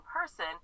person